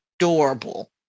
adorable